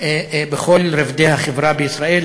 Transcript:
בכל רובדי החברה בישראל,